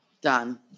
Done